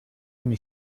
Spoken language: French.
femme